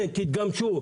כן, תתגמשו.